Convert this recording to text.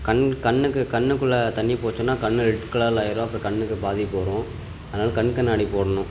கண் கண்ணுக்குக் கண்ணுக்குள்ளே தண்ணி போச்சுன்னால் கண் ரெட் கலரில் ஆகிரும் அப்புறம் கண்ணுக்குப் பாதிப்பு வரும் அதனால் கண் கண்ணாடி போடணும்